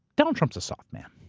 donald trump's a soft man.